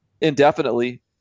indefinitely